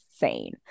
insane